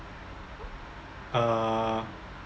uh